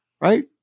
Right